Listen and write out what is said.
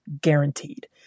guaranteed